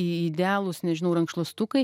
idealūs nežinau rankšluostukai